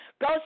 go